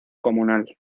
comunal